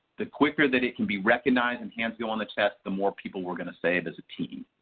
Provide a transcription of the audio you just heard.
the quicker that it can be recognized, and hands go on the chest, the more people we are going to save as a team.